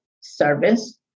service